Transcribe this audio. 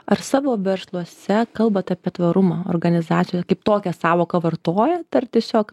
ar savo versluose kalbat apie tvarumą organizacijoj kaip tokią sąvoką vartojat ar tiesiog